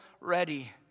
ready